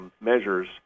measures